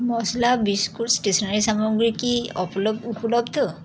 মশলা biscuit stationery সামগ্রী কি উপলব্ধ